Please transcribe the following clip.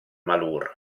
malur